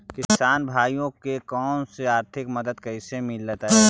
किसान भाइयोके कोन से आर्थिक मदत कैसे मीलतय?